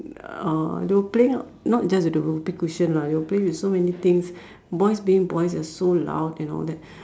uh they were playing not just the Whoopee cushion lah they were playing with so many things boys being boys they're so loud and all that